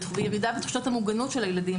וירידה בתחושות המוגנות של הילדים.